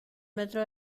metro